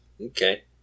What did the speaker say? Okay